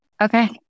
Okay